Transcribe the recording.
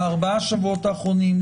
ארבעה השבועות האחרונים,